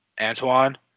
Antoine